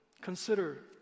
Consider